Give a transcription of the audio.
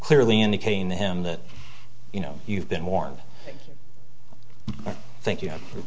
clearly indicating the him that you know you've been warned thank you